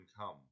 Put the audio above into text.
come